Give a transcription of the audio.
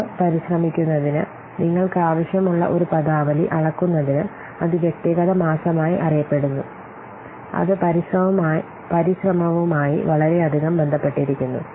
അളവ് പരിശ്രമിക്കുന്നതിന് നിങ്ങൾക്കാവശ്യമുള്ള ഒരു പദാവലി അളക്കുന്നതിന് അത് വ്യക്തിഗത മാസമായി അറിയപ്പെടുന്നു അത് പരിശ്രമവുമായി വളരെയധികം ബന്ധപ്പെട്ടിരിക്കുന്നു